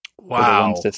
Wow